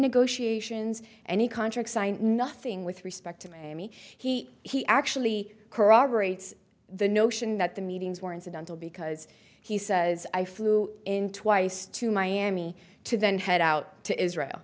negotiations any contract signed nothing with respect to miami he he actually corroborates the notion that the meetings were incidental because he says i flew in twice to miami to then head out to israel